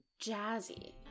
jazzy